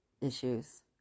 issues